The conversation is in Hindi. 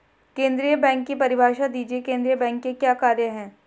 केंद्रीय बैंक की परिभाषा दीजिए केंद्रीय बैंक के क्या कार्य हैं?